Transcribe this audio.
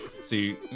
See